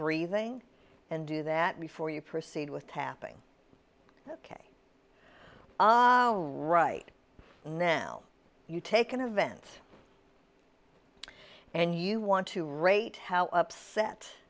breathing and do that before you proceed with tapping ok right now you take an event and you want to rate how upset